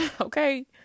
Okay